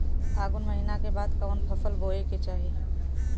फागुन महीना के बाद कवन फसल बोए के चाही?